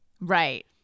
Right